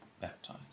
baptized